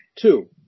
Two